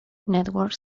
network